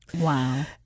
Wow